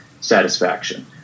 satisfaction